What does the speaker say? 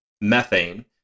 methane